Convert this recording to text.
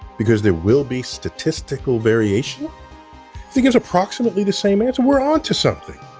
because there will be statistical variation, if it gives approximately the same answer, we're onto something.